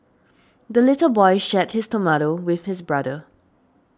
the little boy shared his tomato with his brother